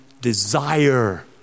desire